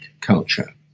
culture